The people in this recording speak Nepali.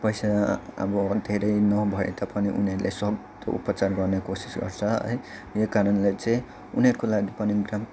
पैसा अब धेरै नभए तापनि उनीहरूले सक्दो उपचार गर्ने कोसिस गर्छ है यही कारणले चाहिँ उनीहरूको लागि पनि ग्राम